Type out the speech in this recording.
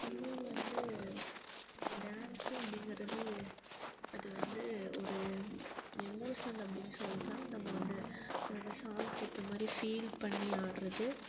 இன்னொன்று வந்து டான்ஸு அப்படிங்கிறது அது வந்து ஒரு எமோஷ்னல் அப்படின்னு சொல்கிறாேம் நம்ம வந்து அந்த சாங்க்கு ஏற்ற மாதிரி ஃபீல் பண்ணி ஆடுறது